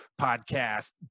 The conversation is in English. podcast